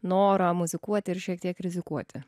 norą muzikuoti ir šiek tiek rizikuoti